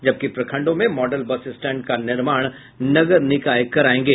जबकि प्रखंडों में मॉडल बस स्टैंड का निर्माण नगर निकाय करायेंगे